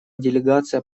делегация